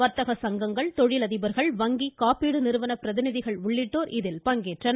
வர்த்தக சங்கங்கள் தொழிலதிபர்கள் வங்கி காப்பீடு நிறுவன பிரதிநிதிகள் உள்ளிட்டோர் இதில் பங்கேற்றனர்